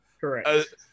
Correct